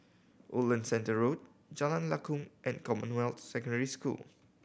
Woodland Centre Road Jalan Lakum and Commonwealth Secondary School